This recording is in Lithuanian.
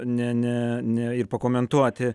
ne ne ne ir pakomentuoti